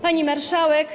Pani Marszałek!